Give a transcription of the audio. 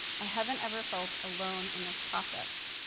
i haven't ever felt alone in this process.